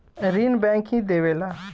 ऋण बैंक ही देवेला